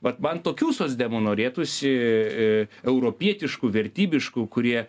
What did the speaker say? vat man tokių socdemų norėtųsi europietiškų vertybiškų kurie